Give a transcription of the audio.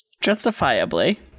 Justifiably